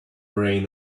rain